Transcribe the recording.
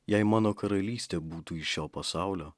jei mano karalystė būtų iš šio pasaulio